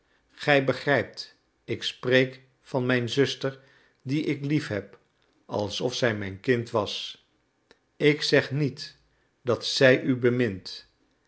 gij begrijpt ik spreek van mijn zuster die ik lief heb alsof zij mijn kind was ik zeg niet dat zij u bemint